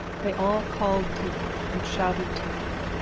they all called to her and shouted to her.